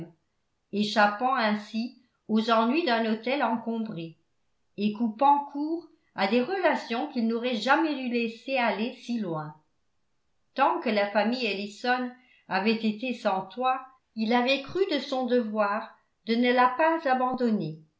échappant ainsi aux ennuis d'un hôtel encombré et coupant court à des relations qu'il n'aurait jamais dû laisser aller si loin tant que la famille ellison avait été sans toit il avait cru de son devoir de ne la pas abandonner